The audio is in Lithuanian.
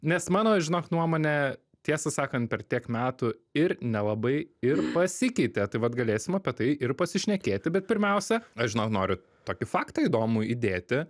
nes mano žinok nuomone tiesą sakant per tiek metų ir nelabai ir pasikeitė tai vat galėsim apie tai ir pasišnekėti bet pirmiausia aš žinok noriu tokį faktą įdomu įdėti